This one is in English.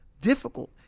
difficult